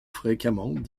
fréquemment